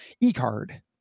e-card